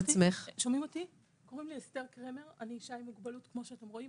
אני אישה עם מוגבלות, כפי שאתם רואים,